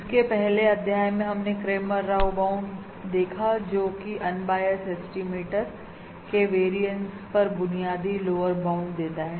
इसके पहले अध्याय में हमने क्रेमर राव बाउंड देखा जोकि अनबायस एस्टिमेटर के वेरियंस पर बुनियादी लोअर बाउंड देता है